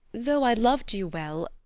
though i lov'd you well,